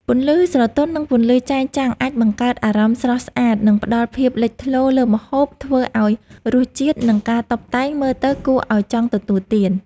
ពន្លឺស្រទន់ និងពន្លឺចែងចាំងអាចបង្កើតអារម្មណ៍ស្រស់ស្អាត និងផ្តល់ភាពលេចធ្លោលើម្ហូប ធ្វើឲ្យរសជាតិ និងការតុបតែងមើលទៅគួរឲ្យចង់ទទួលទាន។